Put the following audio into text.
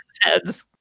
heads